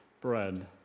Bread